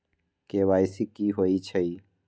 KYC कि होई छई?